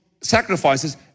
sacrifices